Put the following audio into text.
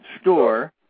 Store